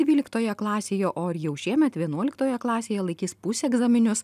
dvyliktoje klasėje o ir jau šiemet vienuoliktoje klasėje laikys pusegzaminius